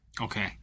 Okay